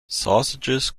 sausages